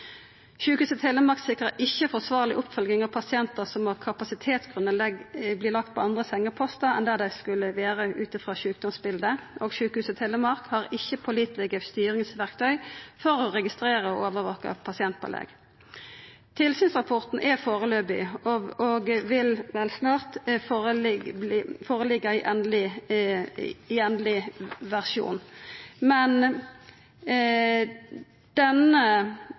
Telemark HF sikrer ikke forsvarlig oppfølging av pasienter som av kapasitetsgrunner legges på andre sengeposter enn der de skulle være ut fra sykdomsbildet . 3. Sykehuset Telemark HF har ikke pålitelige styringsverktøy for å registrere og overvåke pasientbelegg.» Tilsynsrapporten er førebels og vil vel snart liggja føre i endeleg versjon. Men